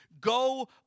Go